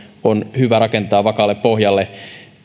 on hyvä rakentaa vakaalle pohjalle